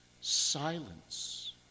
silence